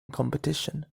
competition